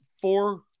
four